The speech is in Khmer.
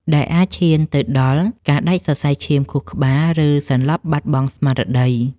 ដែលអាចឈានទៅដល់ការដាច់សរសៃឈាមខួរក្បាល ឬសន្លប់បាត់បង់ស្មារតី។